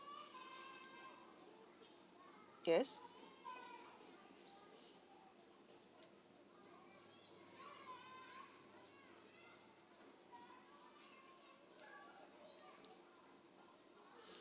yes